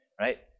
right